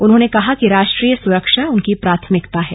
उन्होंने कहा कि राष्ट्रीय सुरक्षा उनकी प्राथमिकता है